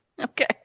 okay